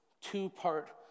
two-part